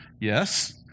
yes